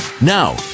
Now